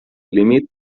límit